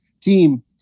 team